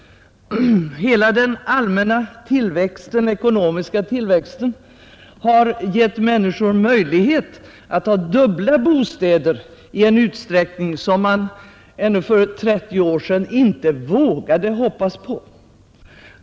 Hela den allmänna ekonomiska tillväxten har gett människorna möjlighet att ha dubbla bostäder i en utsträckning som man ännu för 30 år sedan inte vågade hoppas på.